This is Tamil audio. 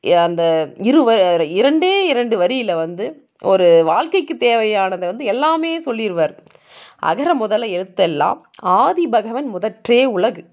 அந்த இரு இரண்டே இரண்டு வரியில் வந்து ஒரு வாழ்க்கைக்கு தேவையானதை வந்து எல்லாமே சொல்லிடுவார் அகர முதல எழுத்தெல்லாம் ஆதிபகவன் முதற்றே உலகு